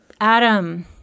Adam